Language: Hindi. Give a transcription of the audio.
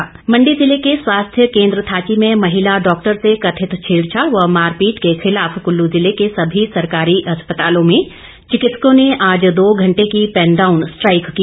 स्ट्राईक मण्डी जिले के स्वास्थ्य केन्द्र थाची में महिला डॉक्टर से कथित छेड़छाड़ व मारपीट के खिलाफ कुल्लू जिले के सभी सरकारी अस्पतालों में चिकित्सकों ने आज दो घंटे की पैन डाउन स्ट्राईक की